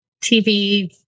TV